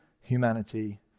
humanity